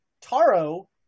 Taro